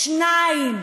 שניים.